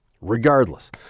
Regardless